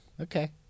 Okay